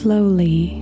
Slowly